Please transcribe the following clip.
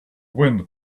wind